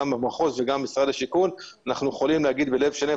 גם המחוז וגם משרד השיכון אנחנו יכולים לומר בלב שלם,